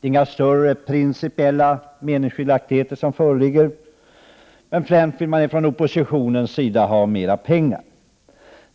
Det föreligger inga större principiella meningsskiljaktigheter. Oppositionen vill först och främst att mera pengar skall anslås.